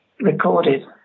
recorded